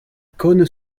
cosne